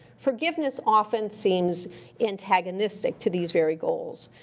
forgiveness often seems antagonistic to these very goals.